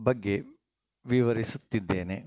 ಬಗ್ಗೆ ವಿವರಿಸುತ್ತಿದ್ದೇನೆ